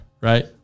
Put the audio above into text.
Right